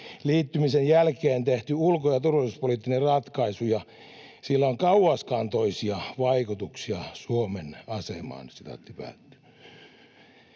liittymisen jälkeen tehty ulko- ja turvallisuuspoliittinen ratkaisu, ja sillä on kauaskantoisia vaikutuksia Suomen asemaan.”